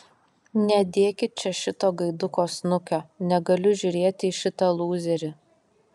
nedėkit čia šito gaiduko snukio negaliu žiūrėti į šitą lūzerį